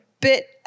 bit